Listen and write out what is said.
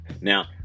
Now